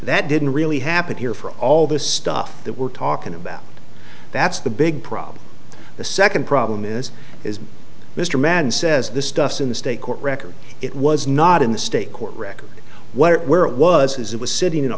that didn't really happen here for all this stuff that we're talking about that's the big problem the second problem is is mr mann says the stuff in the state court record it was not in the state court record what it where it was his it was sitting in a